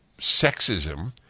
sexism